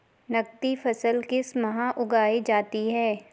नकदी फसल किस माह उगाई जाती है?